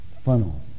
funnel